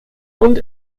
und